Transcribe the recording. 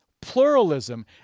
Pluralism